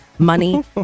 money